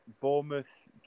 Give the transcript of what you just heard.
Bournemouth